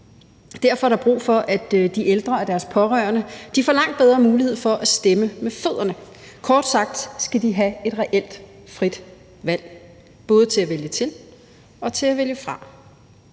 Derfor er der brug for, at de ældre og deres pårørende får langt bedre mulighed for at stemme med fødderne. Kort sagt skal de have et reelt frit valg, både til at vælge til og til at vælge fra.